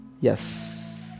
yes